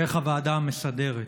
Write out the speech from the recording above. דרך הוועדה המסדרת,